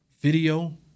Video